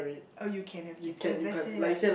oh you can have kids as let's say like